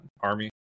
Army